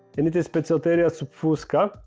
and it is poecilotheria subfusca.